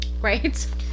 Right